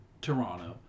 Toronto